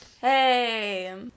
Hey